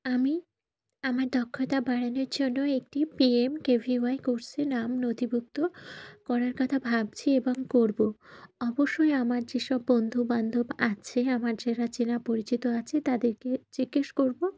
আমি আমার দক্ষতা বাড়ানোর জন্য একটি P M K V Y কোর্সে নাম নথিভুক্ত করার কথা ভাবছি এবং করব অবশ্যই আমার যেসব বন্ধুবান্ধব আছে আমার যারা চেনা পরিচিত আছে তাদেরকে জিজ্ঞেস করব